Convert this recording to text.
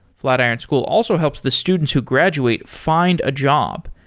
flatiron school also helps the students who graduate find a job.